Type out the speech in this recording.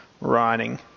writing